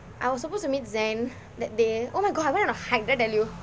I was supposed to meet zen that day oh my god I went on a hike did I tell you